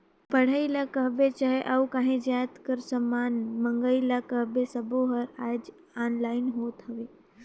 पढ़ई ल कहबे चहे अउ काहीं जाएत कर समान मंगई ल कहबे सब्बों हर आएज ऑनलाईन होत हवें